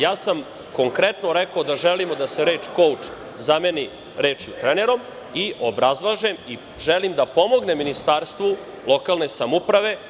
Ja sam konkretno rekao da želimo da se reč „kouč“ zameni rečju „trenerom“ i obrazlažem i želim da pomognem Ministarstvu lokalne samouprave.